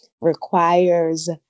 requires